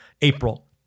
April